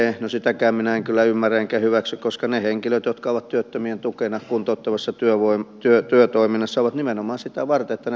no sitäkään minä en kyllä ymmärrä enkä hyväksy koska ne henkilöt jotka ovat työttömien tukena kuntouttavassa työtoiminnassa ovat nimenomaan sitä varten että he selvittelevät tarpeita